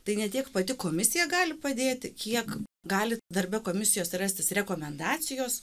tai ne tik pati komisija gali padėti kiek gali darbe komisijos rastis rekomendacijos